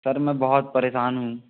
sir मैं बहुत परेशान हूँ